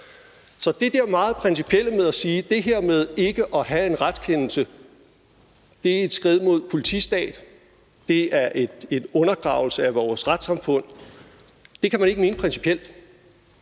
Så det der med at sige, at det med ikke at have en retskendelse er et skred mod en politistat og en undergravning af vores retssamfund, kan man ikke mene principielt,